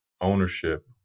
ownership